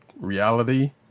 reality